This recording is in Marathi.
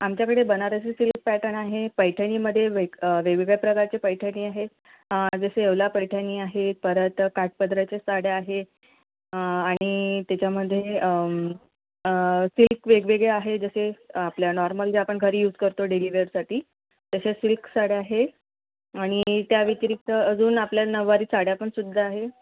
आमच्याकडे बनारसी सिल्क पॅटर्न आहे पैठणीमध्ये वेग वेगवेगळे प्रकारची पैठणी आहे जसे येवला पैठणी आहे परत काठपदराच्या साड्या आहे आणि त्याच्यामध्ये सिल्क वेगवेगळे आहे जसे आपल्या नॉर्मल ज्या आपण घरी यूझ करतो डेलीवेअरसाठी तशा सिल्क साड्या आहे आणि त्या व्यतिरिक्त अजून आपल्या नऊवारी साड्या पण सुध्दा आहे